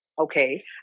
okay